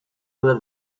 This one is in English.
rural